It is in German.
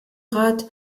rat